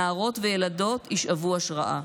נערות וילדות ישאבו השראה.